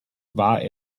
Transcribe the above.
war